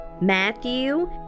Matthew